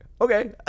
okay